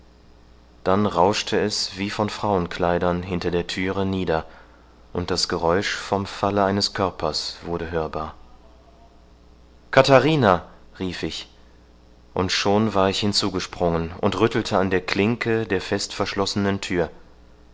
dann rauschte es wie von frauenkleidern hinter der thüre nieder und das geräusch vom falle eines körpers wurde hörbar katharina rief ich und schon war ich hinzugesprungen und rüttelte an der klinke der fest verschlossenen thür